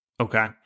Okay